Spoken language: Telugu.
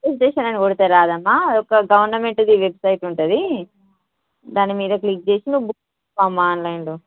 రైల్వే స్టేషన్ అని కొడితే రాదమ్మా అది ఒక గవర్నమెంట్ వెబ్సైట్ ఉంటుంది దాని మీద క్లిక్ చేసి బుక్ చేసుకో అమ్మ ఆన్లైన్లో